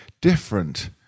different